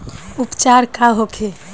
उपचार का होखे?